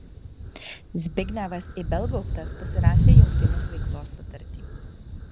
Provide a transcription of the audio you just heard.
zbignevas ibelgauptas pasirašė jungtinės veiklos sutartį